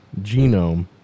Genome